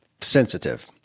sensitive